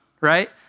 right